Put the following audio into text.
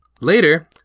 Later